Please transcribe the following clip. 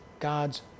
God's